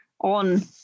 on